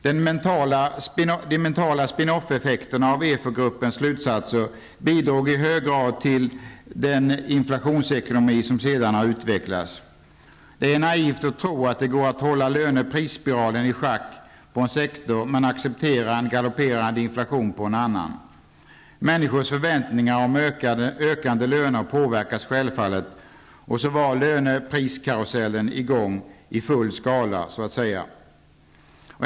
Herr talman! De mentala spin off-effekterna av EFO-gruppens slutsatser bidrog i hög grad till den inflationsekonomi som sedan har utvecklats. Det är naivt att tro att det går att hålla löne--pris-spiralen i schack på en sektor, men acceptera en galopperande inflation på en annan. Människors förväntningar om ökande löner påverkades självfallet, och så var löne--pris-karusellen i gång i full skala, så att säga.